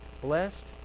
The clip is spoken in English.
blessed